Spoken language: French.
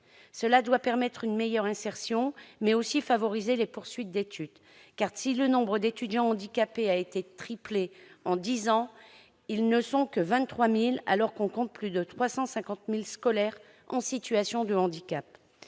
Cela doit permettre une meilleure insertion, mais aussi favoriser la poursuite d'études, car si le nombre d'étudiants handicapés a triplé en dix ans, ils ne sont que 23 000, alors que l'on compte 350 000 scolaires en situation de handicap.